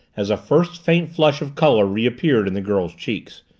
as a first faint flush of color reappeared in the girl's cheeks.